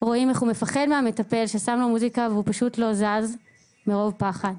רואים איך הוא מפחד מהמטפל ששם לו מוזיקה והוא פשוט לא זז מרוב פחד.